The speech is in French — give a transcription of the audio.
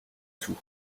tout